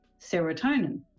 serotonin